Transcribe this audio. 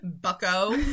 bucko